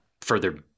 further